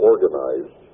organized